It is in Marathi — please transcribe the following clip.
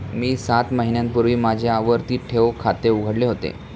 मी सात महिन्यांपूर्वी माझे आवर्ती ठेव खाते उघडले होते